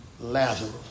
Lazarus